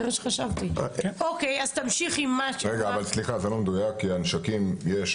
סליחה, זה לא מדויק כי הנשקים, יש.